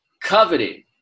coveting